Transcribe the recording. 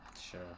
Sure